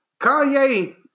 Kanye